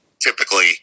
typically